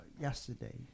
yesterday